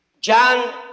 John